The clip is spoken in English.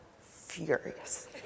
furious